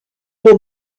were